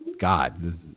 God